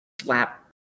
slap